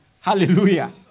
Hallelujah